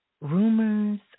rumors